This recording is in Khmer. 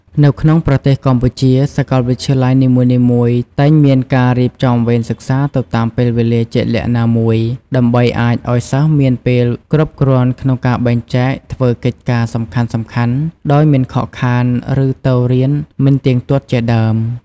នៅក្នុងប្រទេសកម្ពុជា សកលវិទ្យាល័យនីមួយៗតែងមានការរៀបចំវេនសិក្សាទៅតាមពេលវេលាជាក់លាក់ណាមួយ ដើម្បីអាចឱ្យសិស្សមានពេលគ្រប់គ្រាន់ក្នុងការបែងចែកធ្វើកិច្ចការសំខាន់ៗដោយមិនខកខានឫទៅរៀនមិនទៀងទាត់ជាដើម។